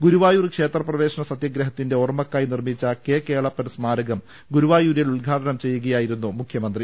ഗുരുവായൂർ ക്ഷേത്ര പ്രവേശന സത്യഗ്രഹത്തിന്റെ ഓർമക്കായി നിർമിച്ച കെ കേളപ്പൻ സ്മാരകം ഗുരുവായൂരിൽ ഉദ്ഘാടനം ചെയ്യുകയായിരുന്നു മുഖ്യമന്ത്രി